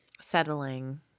settling